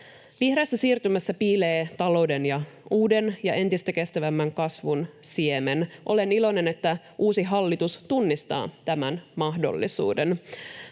Vihreässä siirtymässä piilee talouden ja uuden ja entistä kestävämmän kasvun siemen. Olen iloinen, että uusi hallitus tunnistaa tämän mahdollisuuden.